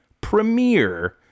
premiere